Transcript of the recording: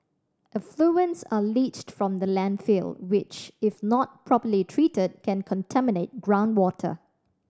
effluents are leached from the landfill which if not properly treated can contaminate groundwater